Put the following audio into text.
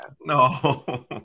No